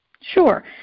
Sure